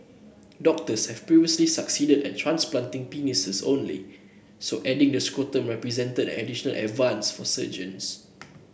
doctors have previously succeeded at transplanting penises only so adding the scrotum represented an additional advance for surgeons